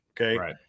Okay